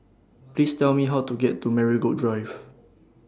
Please Tell Me How to get to Marigold Drive